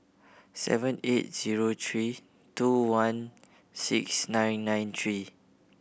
seven eight zero three two one six nine nine three